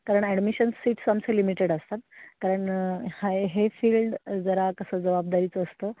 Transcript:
कारण admission seats आमचे limited असतात कारण आहे हे फील्ड जरा कसं जबाबदारीचं असतं